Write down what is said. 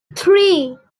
three